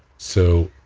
so,